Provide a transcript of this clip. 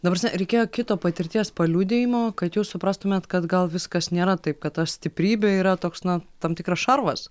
ta prasme reikėjo kito patirties paliudijimo kad jūs suprastumėt kad gal viskas nėra taip kad ta stiprybė yra toks na tam tikras šarvas